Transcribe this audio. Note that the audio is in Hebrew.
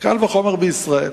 קל וחומר בישראל.